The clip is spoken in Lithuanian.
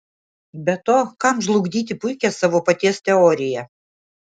be to kam žlugdyti puikią savo paties teoriją